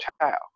child